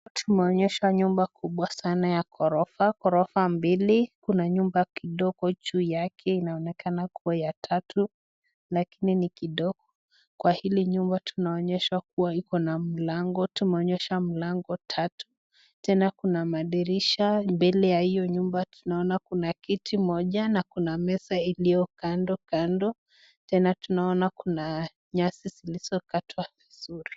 Tumeonyeshwa nyuma kubwa sana ya ghorofa, ghorofa mbili, kuna nyumba kidogo juu yake inainekana kuwa ya tatu, lakini ni kidogo. Kwa hili nyumba tunaonyeshwa kuwa iko na mlango. Tumeonyeshwa mlango tatu, tena kuna madirisha, mbele ya hiyo nyumba kuna kiti moja na meza iliyo kando kando tena tunaona kuna nyasi zilizokatwa vizuri.